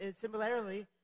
similarly